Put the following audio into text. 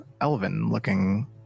elven-looking